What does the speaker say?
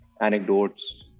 anecdotes